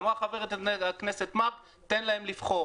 אמרה חברת הכנסת מארק: תן להם לבחור.